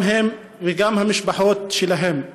גם הם וגם המשפחות שלהם,